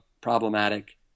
problematic